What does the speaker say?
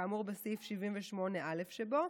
כאמור בסעיף 78(א) שבו,